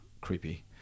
creepy